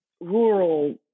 rural